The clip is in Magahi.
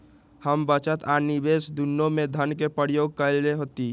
हम बचत आ निवेश दुन्नों में धन के प्रयोग कयले हती